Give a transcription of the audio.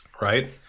Right